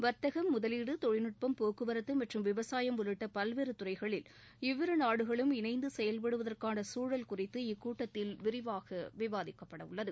வர்த்தகம் முதலீடு தொழில்நட்பம் போக்குவரத்து மற்றும் விவசாயம் உள்ளிட்ட பல்வேறு துறைகளில் இவ்விருநாடுகளும் இணைந்து செயல்படுவதற்கான சூழல் குறித்து இக்கூட்டத்தில் விரிவாக விவாதிக்கப்படவுள்ளது